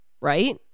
Right